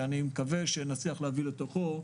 שאני מקווה שנצליח להביא לתוכו,